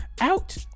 out